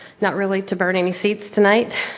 not really to burn any seats tonight.